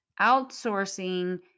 outsourcing